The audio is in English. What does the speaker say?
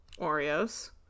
Oreos